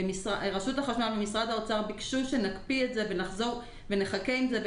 ומשרד האוצר ביקשו שנקפיא את זה ונחכה עם זה,